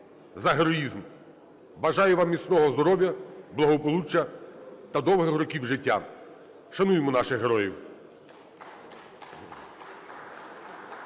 за героїзм. Бажаю вам міцного здоров'я, благополуччя та довгих років життя. Вшануймо наших героїв.